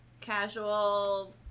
casual